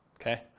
okay